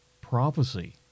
prophecy